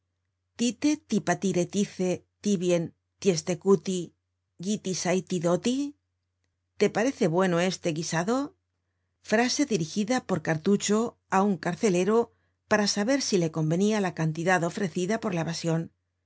tite tipatiretice tibien tiestecuti guilisatidoli te parece bueno este guisado frase dirigida por cartucho á un carcelero para saber si le convenia la cantidad ofrecida por la evasion